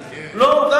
אני מבין.